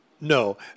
No